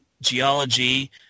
Geology